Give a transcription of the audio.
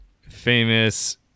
famous